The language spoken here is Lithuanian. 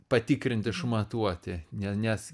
patikrint išmatuoti ne nes